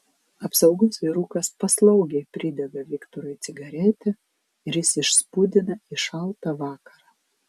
apsaugos vyrukas paslaugiai pridega viktorui cigaretę ir jis išspūdina į šaltą vakarą